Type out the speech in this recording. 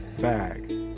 Bag